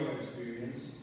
experience